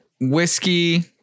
whiskey